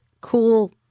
cool